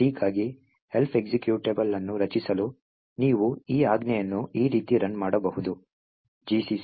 c ಗಾಗಿ Elf executable ಅನ್ನು ರಚಿಸಲು ನೀವು ಈ ಆಜ್ಞೆಯನ್ನು ಈ ರೀತಿ ರನ್ ಮಾಡಬಹುದು gcc hello